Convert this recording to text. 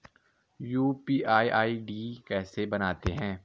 UPI ID कैसे बनाते हैं?